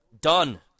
Done